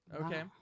Okay